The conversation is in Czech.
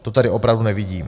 To tady opravdu nevidím.